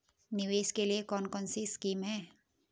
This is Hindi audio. निवेश के लिए कौन कौनसी स्कीम हैं?